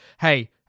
hey